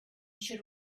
should